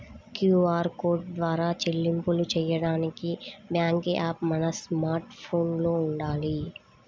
QR code ద్వారా చెల్లింపులు చెయ్యడానికి బ్యేంకు యాప్ మన స్మార్ట్ ఫోన్లో వుండాలి